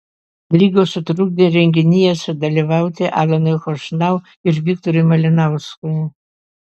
ligos sutrukdė renginyje sudalyvauti alanui chošnau ir viktorui malinauskui